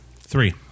Three